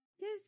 Yes